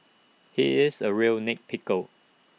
he is A real nit pickle